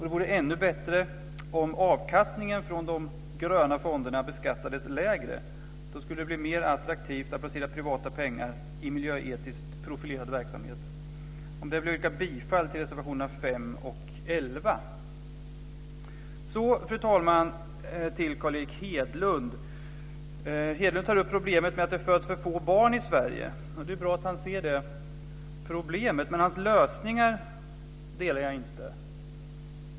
Det vore ännu bättre om avkastningen från de gröna fonderna beskattades lägre. Då skulle det bli mer attraktivt att placera privata pengar i miljöetiskt profilerad verksamhet. Med det vill jag yrka bifall till reservationerna 5 Fru talman! Carl Erik Hedlund tar upp problemet att det föds för få barn i Sverige. Det är bra att han ser det problemet. Men hans lösningar stöder jag inte.